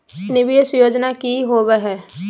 निवेस योजना की होवे है?